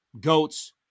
goats